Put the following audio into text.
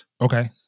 Okay